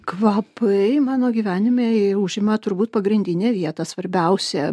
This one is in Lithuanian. kvapai mano gyvenime užima turbūt pagrindinę vietą svarbiausią